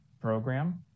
Program